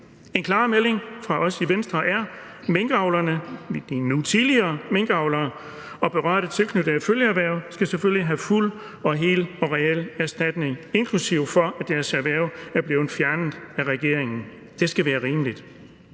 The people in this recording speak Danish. Den klare melding fra os i Venstre er: Minkavlerne – eller de nu tidligere minkavlere – og de berørte tilknyttede følgeerhverv skal selvfølgelig have fuld og hel og reel erstatning, inklusive for, at deres erhverv er blevet fjernet af regeringen. Det skal være rimeligt.